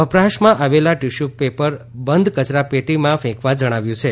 વપરાશમાં આવેલા tissue paper બંધ કચરાપેટીમાં ફેંકવા જણાવાયું છે